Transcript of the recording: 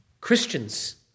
Christians